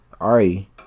Ari